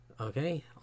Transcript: okay